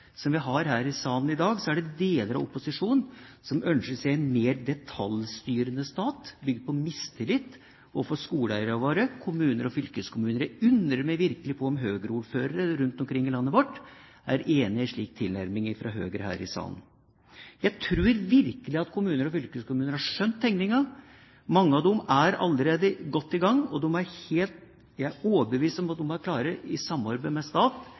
som vi har her i salen i dag, er det deler av opposisjonen som ønsker seg en mer detaljstyrende stat bygd på mistillit overfor skoleeierne våre, kommuner og fylkeskommuner. Jeg undrer meg virkelig på om Høyre-ordførere rundt omkring i landet vårt er enig i en slik tilnærming som Høyre har her i salen. Jeg tror virkelig at kommuner og fylkeskommuner har skjønt tegningen. Mange av dem er allerede godt i gang. Jeg er overbevist om at de kan klare, i samarbeid med